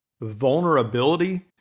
vulnerability